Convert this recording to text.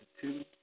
two